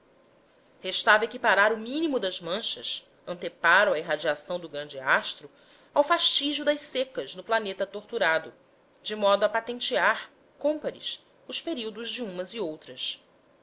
restava equiparar o mínimo das manchas anteparo à irradiação do grande astro ao fastígio das secas no planeta torturado de modo a patentear cômpares os períodos de uma e outras